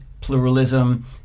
pluralism